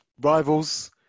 rivals